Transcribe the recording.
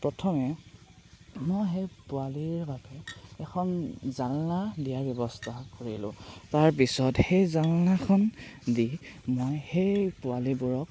প্ৰথমে মই সেই পোৱালিৰ বাবে এখন জালনা দিয়াৰ ব্যৱস্থা কৰিলোঁ তাৰপিছত সেই জালনাখন দি মই সেই পোৱালিবোৰক